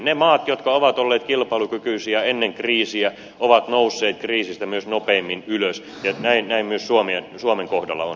ne maat jotka ovat olleet kilpailukykyisiä ennen kriisiä ovat nousseet kriisistä myös nopeimmin ylös ja näin myös suomen kohdalla on